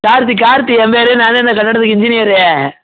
கார்த்தி கார்த்தி என் பேயரு நான் தான் இந்த கட்டடத்துக்கு இன்ஜினியரு